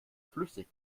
flüssig